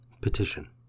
Petition